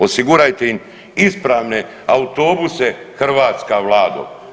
Osigurajte im ispravne autobuse, hrvatska Vlado.